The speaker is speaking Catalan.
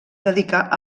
dedicar